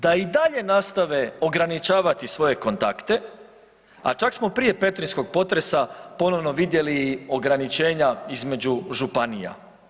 Da i dalje nastave ograničavati svoje kontakte, a čak smo prije petrinjskog potresa ponovno vidjeli i ograničenja između županija.